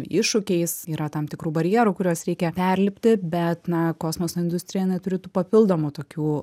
iššūkiais yra tam tikrų barjerų kuriuos reikia perlipti bet na kosmoso industrija neturi tų papildomų tokių